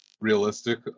realistic